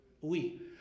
Oui